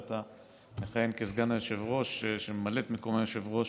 ואתה מכהן כסגן היושב-ראש שממלא את מקום היושב-ראש,